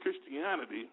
Christianity